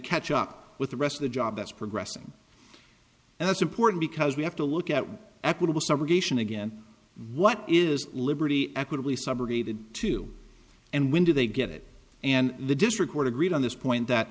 catch up with the rest of the job that's progressing and that's important because we have to look at equitable subrogation again what is liberty equitably subrogated to and when do they get it and the district court agreed on this point that